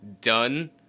done